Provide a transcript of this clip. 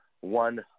one